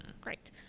great